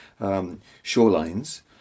shorelines